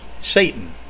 Satan